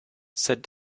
said